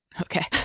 Okay